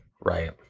right